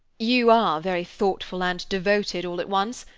you are very thoughtful and devoted all at once,